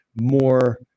more